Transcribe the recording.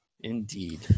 Indeed